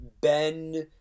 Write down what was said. Ben